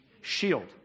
Shield